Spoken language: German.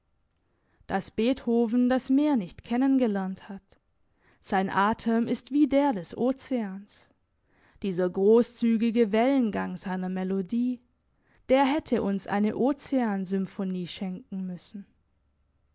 dass beethoven das meer nicht kennen gelernt hat sein atem ist wie der des ozeans dieser grosszügige wellengang seiner melodie der hätte uns eine ozeansymphonie schenken müssen